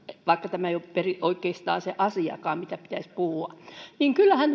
vaikka tämä ei ole oikeastaan se asiakaan mitä pitäisi puhua niin kyllähän